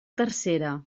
tercera